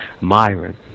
Myron